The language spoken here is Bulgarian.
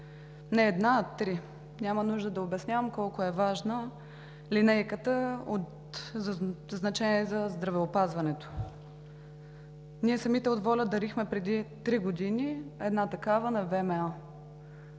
не една, а три. Няма нужда да обяснявам колко е важна линейката за здравеопазването – ние самите от ВОЛЯ дарихме преди 3 години една такава на